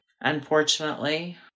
unfortunately